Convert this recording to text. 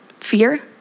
fear